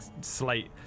slate